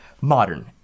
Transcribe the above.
modern